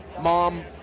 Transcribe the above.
mom